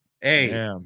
hey